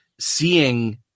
seeing